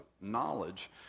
knowledge